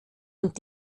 und